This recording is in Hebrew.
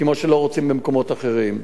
כמו שלא רוצים במקומות אחרים.